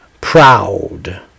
proud